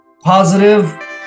positive